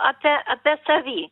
apie apie savi